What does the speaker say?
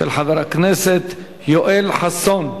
של חבר הכנסת יואל חסון.